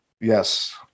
Yes